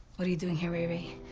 what are you doing here, ray ray?